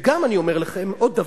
ואני גם אומר לכם עוד דבר: